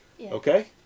Okay